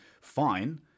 fine